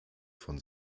von